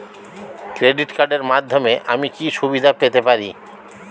Credit কার্ডের মাধ্যমে আমি কি কি সুবিধা পেতে পারি?